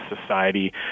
Society